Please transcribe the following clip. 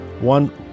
one